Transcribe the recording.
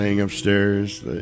upstairs